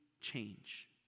change